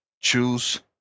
choose